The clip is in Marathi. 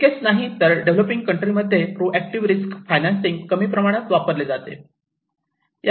इतके नाहीतर डेव्हलपिंग कंट्री मध्ये प्रो ऍक्टिव्ह रिस्क फायनान्सिंग कमी प्रमाणात वापरले जाते